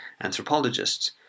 anthropologists